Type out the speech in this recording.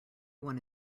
one